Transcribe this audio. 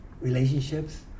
relationships